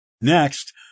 Next